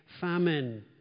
famine